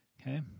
Okay